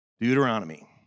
Deuteronomy